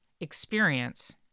experience